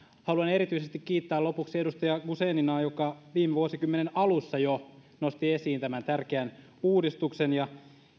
haluan erityisesti kiittää lopuksi edustaja guzeninaa joka jo viime vuosikymmenen alussa nosti esiin tämän tärkeän uudistuksen ja